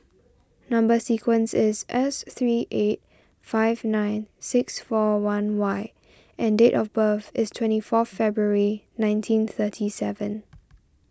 Number Sequence is S three eight five nine six four one Y and date of birth is twenty four February nineteen thirty seven